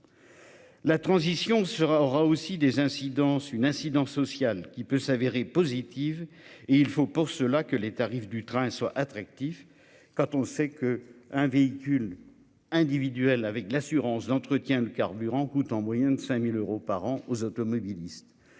La transition sera aura aussi des incidences une incidence sociale qui peut s'avérer positive et il faut pour cela que les tarifs du train soit attractif. Quand on sait que un véhicule individuel avec l'assurance d'entretien de carburant coûte en moyenne de 5000 euros par an aux automobilistes.